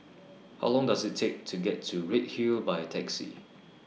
How Long Does IT Take to get to Redhill By Taxi